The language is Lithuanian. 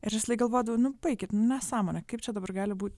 ir visąlaik galvodavau nu baikit nesąmonė kaip čia dabar gali būt